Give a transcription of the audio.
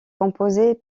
composées